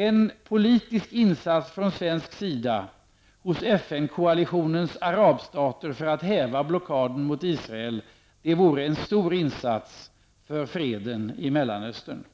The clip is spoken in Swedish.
En politisk insats från svensk sida hos FN-koalitionens arabstater för att häva blockaden mot Israel vore en stor insats för freden i Mellanöstern.